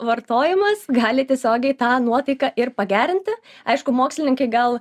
vartojimas gali tiesiogiai tą nuotaiką ir pagerinti aišku mokslininkai gal